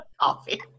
Coffee